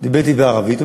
דיבר אתי בערבית.